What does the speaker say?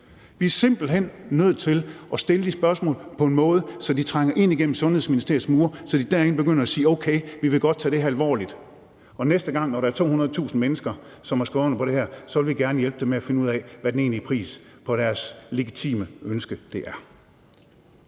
Vi er simpelt hen nødt til at stille de spørgsmål på en måde, så de trænger ind igennem Indenrigs- og Sundhedsministeriets mure, og så de derinde begynder at sige: Okay, vi vil godt tage det her alvorligt. Næste gang, når der er 200.000 mennesker, som har skrevet under på det her, vil vi gerne hjælpe dem med at finde ud af, hvad den egentlige pris på deres legitime ønske er.